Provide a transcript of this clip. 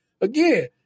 Again